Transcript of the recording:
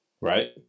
Right